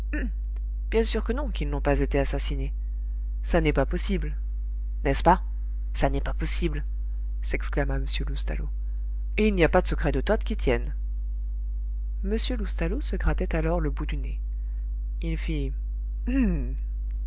bien sûr que non qu'ils n'ont pas été assassinés ça n'est pas possible n'est-ce pas ça n'est pas possible s'exclama m loustalot et il n'y a pas de secret de toth qui tienne m loustalot se grattait alors le bout du nez il fit